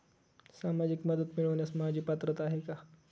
सामाजिक मदत मिळवण्यास माझी पात्रता आहे का?